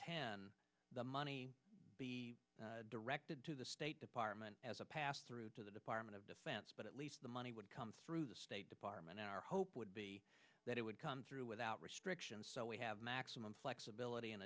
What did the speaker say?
ten the money be directed to the state department as a pass through to the department of the but at least the money would come through the state department our hope would be that it would come through without restrictions so we have maximum flexibility